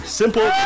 simple